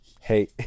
Hey